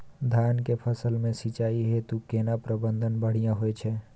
धान के फसल में सिंचाई हेतु केना प्रबंध बढ़िया होयत छै?